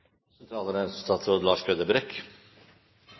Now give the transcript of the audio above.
Neste taler er statsråd Trældal – unnskyld, statsråd Brekk.